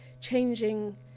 changing